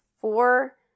four